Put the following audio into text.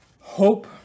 Hope